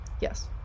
Yes